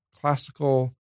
classical